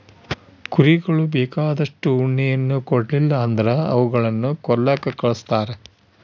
ಕುರಿಗಳು ಬೇಕಾದಷ್ಟು ಉಣ್ಣೆಯನ್ನ ಕೊಡ್ಲಿಲ್ಲ ಅಂದ್ರ ಅವುಗಳನ್ನ ಕೊಲ್ಲಕ ಕಳಿಸ್ತಾರ